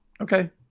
Okay